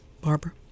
barbara